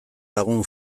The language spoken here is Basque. lagun